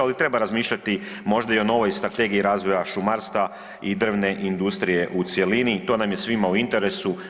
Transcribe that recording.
Ali treba razmišljati možda i o novoj Strategiji razvoja šumarstva i drvne industrije u cjelini i to nam je svima u interesu.